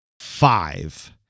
Five